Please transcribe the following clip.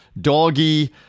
doggy